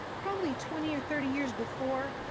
probably twenty or thirty years before,